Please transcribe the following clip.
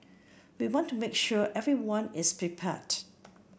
we want to make sure everyone is prepared